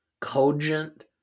cogent